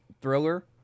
thriller